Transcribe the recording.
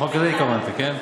לחוק הזה התכוונת, כן?